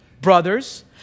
brothers